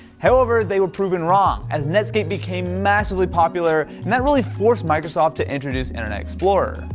however, they were proven wrong as netscape became massively popular, and that really forced microsoft to introduce internet explorer.